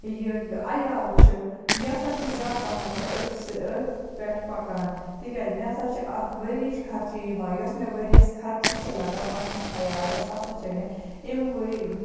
یہِ عیال چھِ یہِ ہَسا چھُ زیاد پَہمَتھ مےٚ أتھ سۭتۍ أتھ پٮ۪ٹھ پَکان تکیاز مےٚ ہَسا چھُ اتھ ؤرۍ یٕچ خَرچہِ یِوان یۄس مےٚ ؤرۍ یَس خَرچہِ ی چھِ لَگان پَننِس عَیالَس سُہ ہَسا چھِ مےٚ اِموٕے